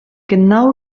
genau